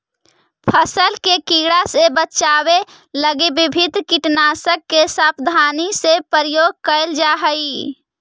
फसल के कीड़ा से बचावे लगी विभिन्न कीटनाशक के सावधानी से प्रयोग कैल जा हइ